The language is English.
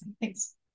Thanks